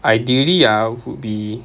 ideally ah would be